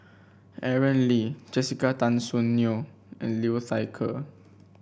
Aaron Lee Jessica Tan Soon Neo and Liu Thai Ker